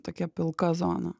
tokia pilka zona